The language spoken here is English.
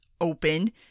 open